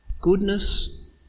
Goodness